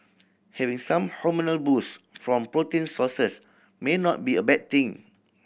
having some hormonal boost from protein sources may not be a bad thing